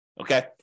Okay